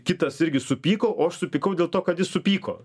kitas irgi supyko o aš supykau dėl to kad jis supyko